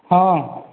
ହଁ